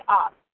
up